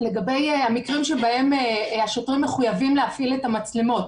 לגבי המקרים שבהם השוטרים מחויבים להפעיל את המצלמות.